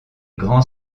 grands